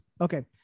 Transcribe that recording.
Okay